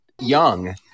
young